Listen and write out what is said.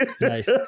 Nice